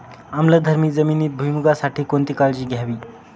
आम्लधर्मी जमिनीत भुईमूगासाठी कोणती काळजी घ्यावी?